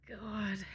God